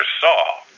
saw